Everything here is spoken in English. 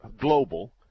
global